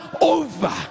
over